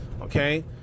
okay